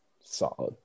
Solid